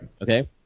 Okay